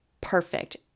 perfect